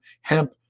hemp